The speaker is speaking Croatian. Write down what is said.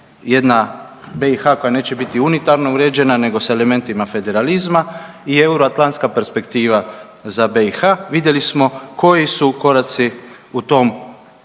jedna BiH neće biti unitarno uređena nego sa elementima federalizma i euroatlantska perspektiva za BiH, vidjeli smo koji su koraci u tom